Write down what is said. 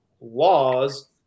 laws